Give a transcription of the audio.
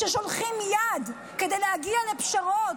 כששולחים יד כדי להגיע לפשרות,